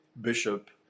bishop